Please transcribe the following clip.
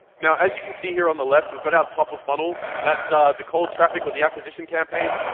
now as you can see here on the left we've got our top of funnel, that's ah the cold traffic or the acquisition campaigns,